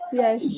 yes